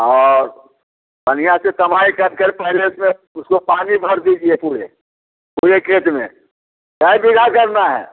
और बढ़िया से सफ़ाई कर कर पहले उसमें उसको पानी भर दीजिए पूरे पूरे खेत में कहाँ बीघा करना है